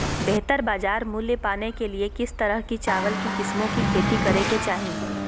बेहतर बाजार मूल्य पाने के लिए किस तरह की चावल की किस्मों की खेती करे के चाहि?